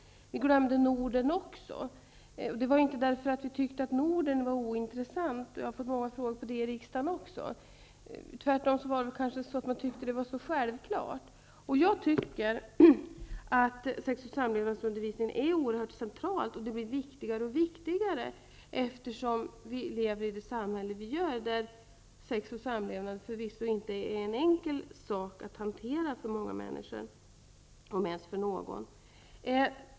Vidare glömde vi Norden, men det berodde inte på att vi tyckte att Norden var ointressant. Jag har fått många frågor om den saken också i riksdagen. Tvärtom var nog det här med Norden så självklart. Jag tycker att sex och samlevnadsundervisningen är oerhört central. Och den blir allt viktigare i det samhälle som vi lever i, där sex och samlevnad för många människor förvisso inte är enkla saker att hantera -- om nu dessa saker är enkla att hantera för någon.